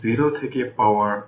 সুতরাং এটি হবে 2 অর্থাৎ L didt